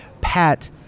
Pat